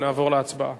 ונעבור להצבעה.